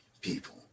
people